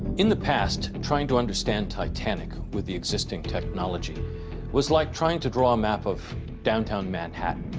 in the past trying to understand titanic with the existing technology was like trying to draw a map of downtown manhattan.